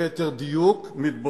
ליתר דיוק, מתבוססים.